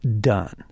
done